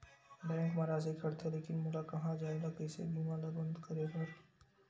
Bank मा राशि कटथे लेकिन मोला कहां जाय ला कइसे बीमा ला बंद करे बार?